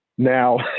Now